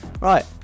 Right